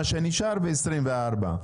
מה שנשאר, ו-2024.